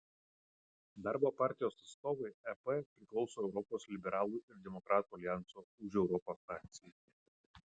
darbo partijos atstovai ep priklauso europos liberalų ir demokratų aljanso už europą frakcijai